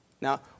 Now